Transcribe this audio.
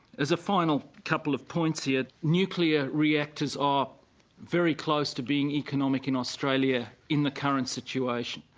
as a final couple of points here nuclear reactors are very close to being economic in australia in the current situation.